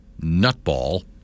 nutball